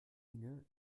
dinge